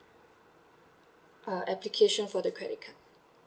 uh application for the credit card